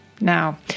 Now